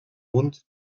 uns